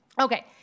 Okay